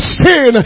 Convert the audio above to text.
sin